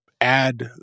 add